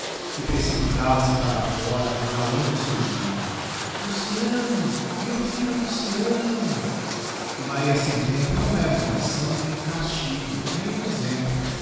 e precipitava se para fora exhalando o seu grito luciano meu filho luciano e maria sem tempo não era uma licção nem um castigo nem um exemplo